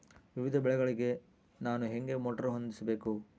ವಿವಿಧ ಬೆಳೆಗಳಿಗೆ ನಾನು ಹೇಗೆ ಮೋಟಾರ್ ಹೊಂದಿಸಬೇಕು?